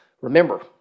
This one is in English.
remember